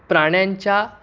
प्राण्यांच्या